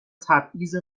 تبعیض